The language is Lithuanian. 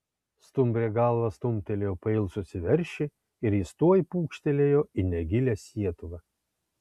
stumbrė galva stumtelėjo pailsusį veršį ir jis tuoj pūkštelėjo į negilią sietuvą